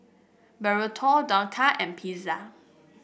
Burrito Dhokla and Pizza